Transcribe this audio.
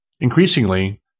Increasingly